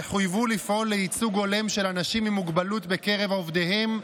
יחויבו לפעול לייצוג הולם של אנשים עם מוגבלות בקרב עובדיהם,